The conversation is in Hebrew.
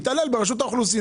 האוצר התעלל ברשות האוכלוסין.